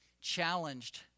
challenged